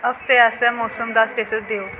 हफ्तै आस्तै मौसम दा स्टेटस देओ